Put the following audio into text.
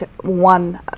one